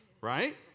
right